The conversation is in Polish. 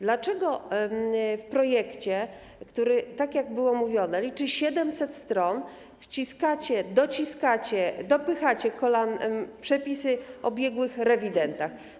Dlaczego w projekcie, który liczy, tak jak było mówione, 700 stron, wciskacie, dociskacie, dopychacie kolanem przepisy o biegłych rewidentach?